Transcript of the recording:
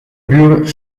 buren